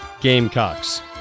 Gamecocks